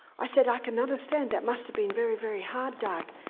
i said, i can understand that must have been very, very hard doug,